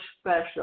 special